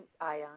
Ion